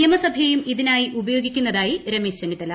നിയമസഭയെയും ഇതിനായി ഉപയോഗിക്കുന്നതായി രമേശ് ചെന്നിത്തല